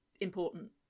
important